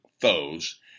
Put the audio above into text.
foes